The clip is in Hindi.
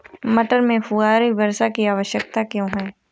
मटर में फुहारा वर्षा की आवश्यकता क्यो है?